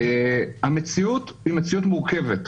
המציאות היא מציאות מורכבת.